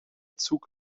zug